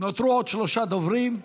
נותרו עוד שלושה דוברים.